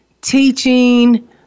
teaching